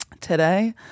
today